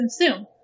consume